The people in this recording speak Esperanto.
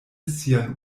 sian